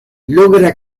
logra